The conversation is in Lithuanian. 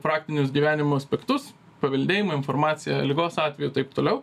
praktinius gyvenimo aspektus paveldėjimo informaciją ligos atveju taip toliau